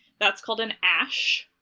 that's called an ash,